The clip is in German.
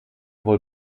wohl